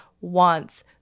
wants